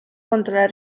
contra